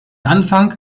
anfang